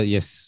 Yes